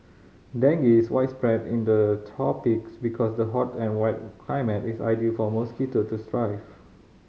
dengue is widespread in the tropics because the hot and wet climate is ideal for mosquitoes to thrive